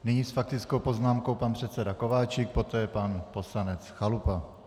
Nyní s faktickou poznámkou pan předseda Kováčik, poté pan poslanec Chalupa.